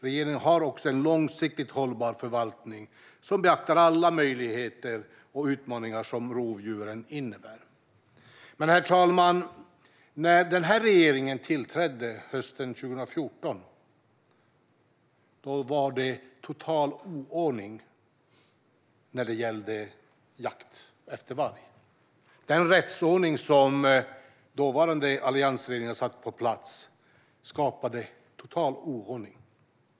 Regeringen har en långsiktigt hållbar förvaltning som beaktar alla möjligheter och utmaningar som rovdjuren innebär. Herr talman! När regeringen tillträdde hösten 2014 var det total oordning när det gäller jakten efter varg. Den rättsordning som den dåvarande alliansregeringen satte på plats skapade total oordning.